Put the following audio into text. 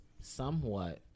somewhat